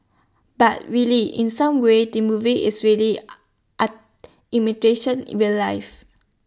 but really in some ways the movie is really A art imitation real life